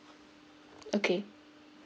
okay